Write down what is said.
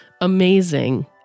Amazing